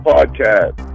Podcast